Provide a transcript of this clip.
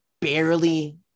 barely